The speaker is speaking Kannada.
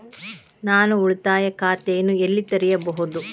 ನಾನು ಉಳಿತಾಯ ಖಾತೆಯನ್ನು ಎಲ್ಲಿ ತೆರೆಯಬಹುದು?